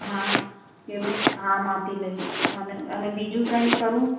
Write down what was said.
હા એવું હા માપી લઈશ અને બીજું કંઈ કરું